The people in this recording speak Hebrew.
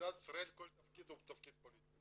במדינת ישראל כל תפקיד הוא פוליטי.